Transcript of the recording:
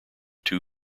too